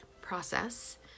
process